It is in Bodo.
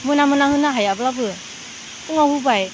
मोना मोना होनो हायाब्लाबो फुङाव होबाय